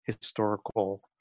historical